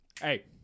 Hey